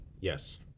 Yes